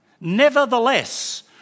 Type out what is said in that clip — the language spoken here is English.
Nevertheless